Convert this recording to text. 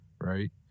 right